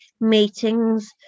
meetings